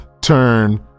turn